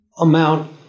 amount